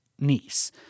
niece